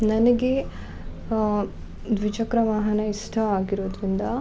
ನನಗೆ ದ್ವಿಚಕ್ರ ವಾಹನ ಇಷ್ಟವಾಗಿರೋದ್ರಿಂದ